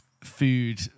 food